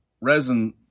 resin